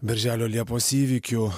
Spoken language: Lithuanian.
birželio liepos įvykių